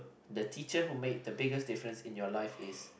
the teacher who made the biggest difference in your life is